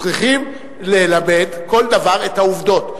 צריכים ללמד בכל דבר את העובדות.